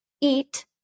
eat